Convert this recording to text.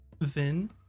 Vin